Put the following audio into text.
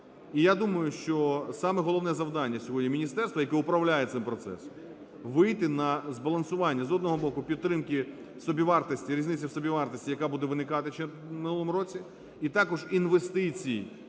І я думаю, що саме головне завдання сьогодні міністерства, яке управляє цим процесом, вийти на збалансування, з одного боку, підтримки собівартості, різниці у собівартості, яка буде виникати у минулому році, і також інвестиції